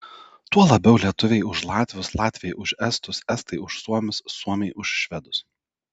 tuo labiau lietuviai už latvius latviai už estus estai už suomius suomiai už švedus